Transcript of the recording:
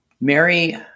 Mary